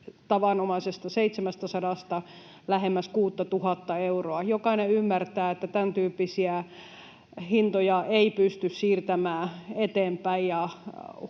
tavanomaisesta 700:sta lähemmäs 6 000:ta euroa. Jokainen ymmärtää, että tämäntyyppisiä hintoja ei pysty siirtämään eteenpäin